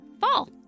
Fall